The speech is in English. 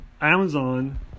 Amazon